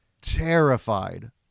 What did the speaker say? terrified